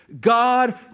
God